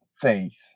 faith